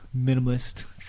minimalist